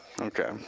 Okay